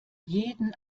jeden